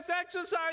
exercise